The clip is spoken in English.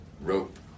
rope